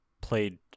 played